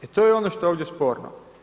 I to je ono što je ovdje sporno.